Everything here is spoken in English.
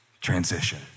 transition